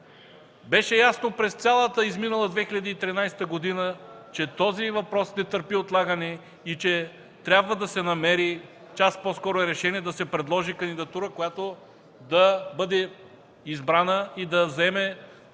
беше ясно през цялата изминала 2013 г., че този въпрос не търпи отлагане и че трябва да се намери час по-скоро решение и да се предложи кандидатура, която да бъде избрана и да заеме